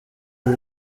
uru